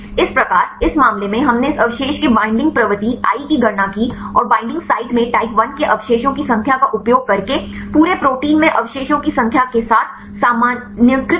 इस प्रकार इस मामले में हमने इस अवशेष के बाइंडिंग प्रवृत्ति आई की गणना की और बाइंडिंग साइट में टाइप I के अवशेषों की संख्या का उपयोग करके पूरे प्रोटीन में अवशेषों की संख्या के साथ सामान्यीकृत किया